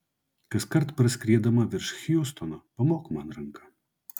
kaskart praskriedama virš hjustono pamok man ranka